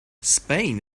spain